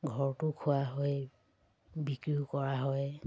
ঘৰতো খোৱা হয় বিক্ৰীও কৰা হয়